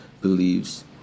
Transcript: believes